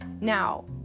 Now